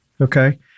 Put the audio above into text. okay